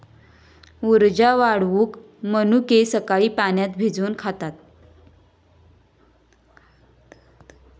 उर्जा वाढवूक मनुके सकाळी पाण्यात भिजवून खातत